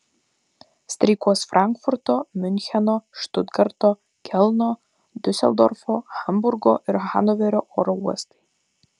streikuos frankfurto miuncheno štutgarto kelno diuseldorfo hamburgo ir hanoverio oro uostai